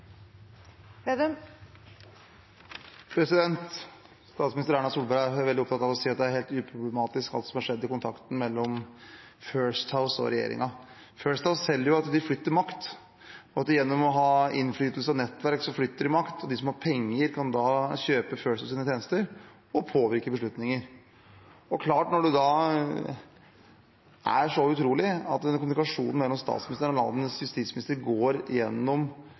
å si at alt som har skjedd i kontakten mellom First House og regjeringen, er helt uproblematisk. First House selger jo at de flytter makt, at de gjennom å ha innflytelse og nettverk flytter makt, og de som har penger, kan kjøpe First House’ tjenester og påvirke beslutninger. Når det da er så utrolig som at kommunikasjonen mellom statsministeren og landets justisminister går gjennom